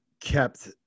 kept